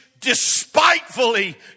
despitefully